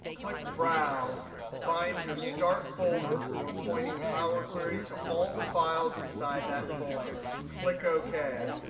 click browse. find your start folder. we're pointing power query to all the files inside that folder. click ok.